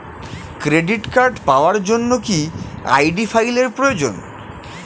Credit card পাওয়ার জন্য কি আই.ডি ফাইল এর প্রয়োজন?